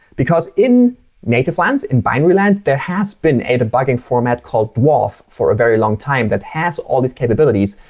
because in native land, in binary land, there has been a debugging format called dwarf for a very long time that has all these capabilities.